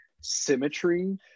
symmetry